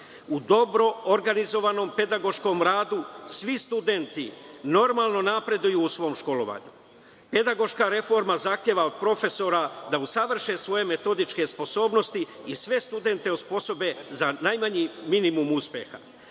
u dobro organizovanom pedagoškom radu, svi studenti normalno napreduju u svom školovanju, a pedagoška reforma zahteva od profesora da usavrše svoje metodičke sposobnosti i sve studente osposobe za najmanji minimum uspeha. Veliki